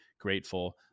grateful